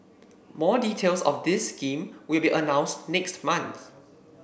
more details of this scheme will be announced next month